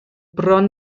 bron